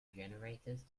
generators